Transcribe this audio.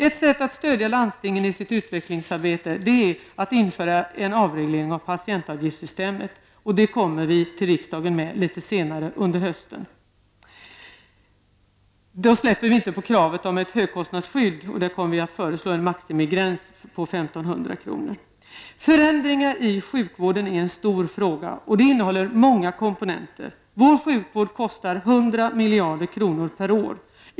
Ett sätt att stödja landstingen i utvecklingsarbetet är att införa en avreglering av patientavgiftssystemet. Det återkommer vi till riksdagen med litet senare under hösten. Vi släpper inte kravet på ett högkostnadsskydd, och vi kommer att föreslå en maximigräns på 1 500 kr. Förändringar i sjukvården är en stor fråga som innehåller många komponenter. Vår sjukvård kostar 100 miljarder kronor per år.